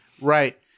right